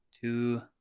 two